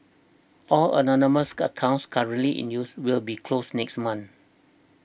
all anonymous accounts currently in use will be closed next month